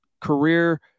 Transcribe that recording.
career